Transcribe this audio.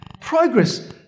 Progress